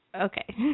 Okay